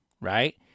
right